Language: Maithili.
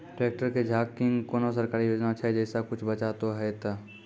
ट्रैक्टर के झाल किंग कोनो सरकारी योजना छ जैसा कुछ बचा तो है ते?